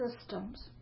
systems